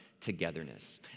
togetherness